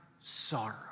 sorrow